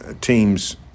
teams